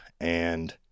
And-